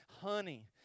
honey